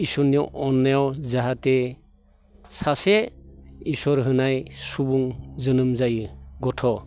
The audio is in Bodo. इसोरनि अननायाव जाहाथे सासे इसोर होनाय सुबुं जोनोम जायो गथ'